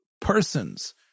persons